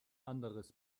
anderes